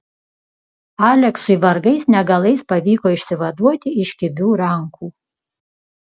aleksui vargais negalais pavyko išsivaduoti iš kibių rankų